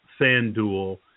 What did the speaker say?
FanDuel